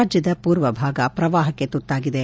ರಾಜ್ಯದ ಪೂರ್ವ ಭಾಗ ಪ್ರವಾಹಕ್ಕೆ ತುತ್ತಾಗಿದೆ